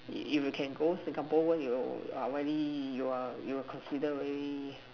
if you can go Singapore one you are really you are you considered really